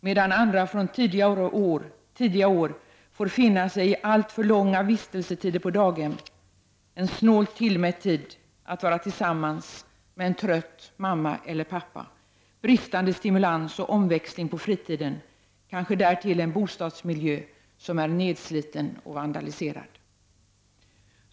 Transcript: Det finns samtidigt barn som från tidiga år får finna sig i alltför långa vistelsetider på daghem, en snålt tillmätt tid att vara tillsammans med en trött mamma eller pappa, bristande stimulans och omväxling på fritiden samt kanske därtill en boendemiljö som är nedsliten och vandaliserad.